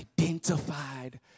identified